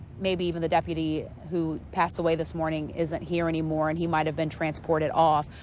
maybe even the deputy who passed away this morning isn't here anymore and he might have been transported off.